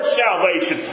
salvation